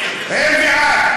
מה החברים שלך אומרים?